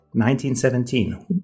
1917